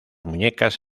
muñecas